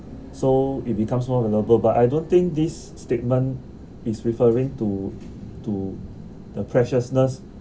so it becomes more valuable but I don't think this statement is referring to to the precious